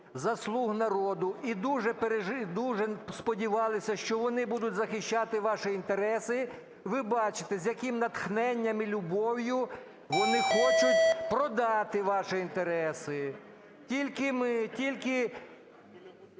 за "слуг народу" і дуже сподівалися, що вони будуть захищати ваші інтереси, ви бачите, з яким натхненням і любов'ю вони хочуть продати ваші інтереси. Тільки ми, тільки